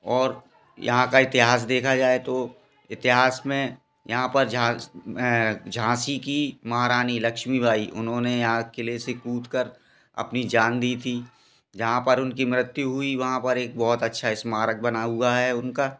और यहाँ का इतिहास देखा जाए तो इतिहास में यहाँ पर झांसी झांसी की महारानी लक्ष्मीबाई उन्होंने यहाँ किले से कूद कर अपनी जान दी थी जहाँ पर उनकी मृत्यु हुई वहाँ पर एक बहुत अच्छा स्मारक बना हुआ है उनका